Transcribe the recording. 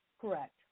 Correct